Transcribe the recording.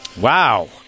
Wow